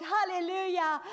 Hallelujah